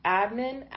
admin